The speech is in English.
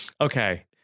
Okay